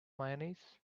mayonnaise